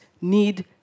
need